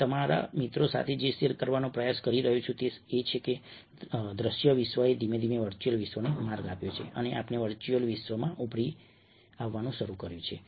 હું તમારા મિત્રો સાથે જે શેર કરવાનો પ્રયાસ કરી રહ્યો છું તે એ છે કે દ્રશ્ય વિશ્વએ ધીમે ધીમે વર્ચ્યુઅલ વિશ્વને માર્ગ આપ્યો છે અને આપણે વર્ચ્યુઅલ વિશ્વમાં ઉભરી આવવાનું શરૂ કર્યું છે